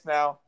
now